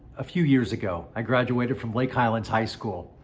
a few years ago, i graduated from lake highlands high school,